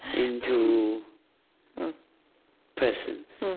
into persons